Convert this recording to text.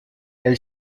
elle